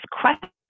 questions